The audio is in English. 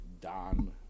Don